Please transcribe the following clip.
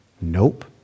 Nope